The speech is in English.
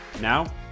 Now